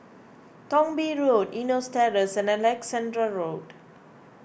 Thong Bee Road Eunos Terrace and Alexandra Road